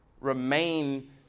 Remain